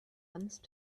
once